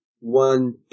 One